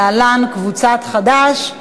להלן: קבוצת סיעת חד"ש.